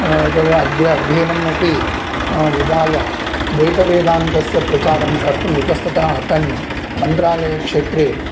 तत्र अद्य अध्ययनम् अपि विदाय द्वैतवेदान्तस्य प्रचारं कर्तुम् इतस्ततः अटन् मन्त्रालयक्षेत्रे